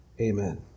Amen